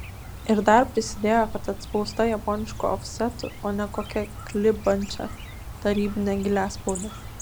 ir dar prisidėjo kad atspausta japonišku ofsetu o ne kokia klibančia tarybine giliaspaude